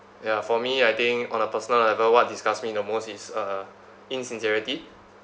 ya for me I think on a personal level what disgusts me the most is uh insincerity